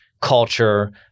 culture